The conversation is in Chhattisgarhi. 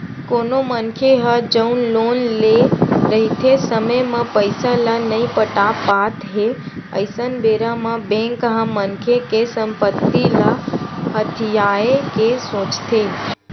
कोनो मनखे ह जउन लोन लेए रहिथे समे म पइसा ल नइ पटा पात हे अइसन बेरा म बेंक ह मनखे के संपत्ति ल हथियाये के सोचथे